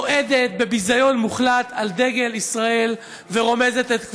צועדת בביזיון מוחלט על דגל ישראל ורומסת את כבודו,